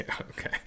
Okay